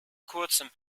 kurzem